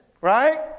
Right